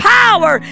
power